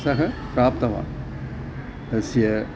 सः प्राप्तवान् तस्य